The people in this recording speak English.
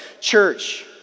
church